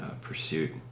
pursuit